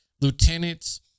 lieutenants